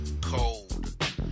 Cold